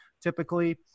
typically